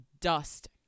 dust